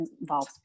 involves